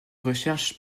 recherches